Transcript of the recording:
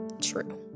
true